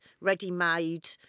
ready-made